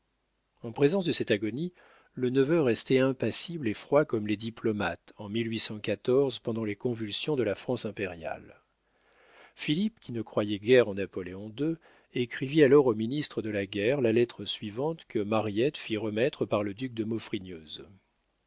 en présence de cette agonie le neveu restait impassible et froid comme les diplomates en pendant les convulsions de la france impériale philippe qui ne croyait guère en napoléon ii écrivit alors au ministre de la guerre la lettre suivante que mariette fit remettre par le duc de